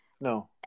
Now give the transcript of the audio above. No